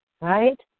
right